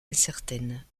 incertaine